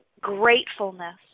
gratefulness